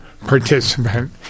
participant